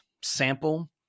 sample